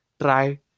Try